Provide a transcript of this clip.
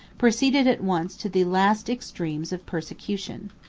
proceeded at once to the last extremes of persecution.